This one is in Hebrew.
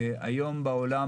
היום בעולם